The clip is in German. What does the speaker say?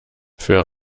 für